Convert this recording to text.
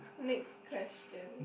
next question